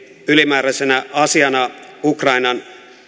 ylimääräisenä asiana ukrainan